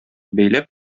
бәйләп